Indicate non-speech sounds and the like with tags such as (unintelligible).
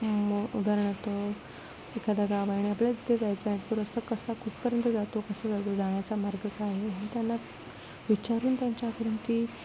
मो उदाहरणार्थ (unintelligible) आपल्याला तिथे जायचं आहे (unintelligible) कसा कुठपर्यंत जातो कसं जातो जाण्याचा मार्ग काय आहे हे त्यांना विचारून त्यांच्या (unintelligible)